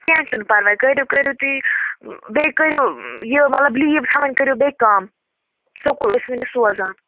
کیٚنہہ چھُنہٕ پرواے کٔڑِو کٔرِو تُہۍ بیٚیہِ کٔرِو یہِ مطلب لیٖو تھاوٕنۍ کٔریُو بیٚیہِ کَم سُکوٗل ٲسۍ وُن یہِ سوزان